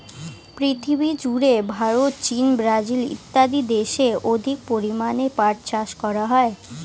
পৃথিবীজুড়ে ভারত, চীন, ব্রাজিল ইত্যাদি দেশে অধিক পরিমাণে পাট চাষ করা হয়